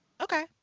Okay